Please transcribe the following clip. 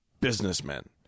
businessmen